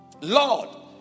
Lord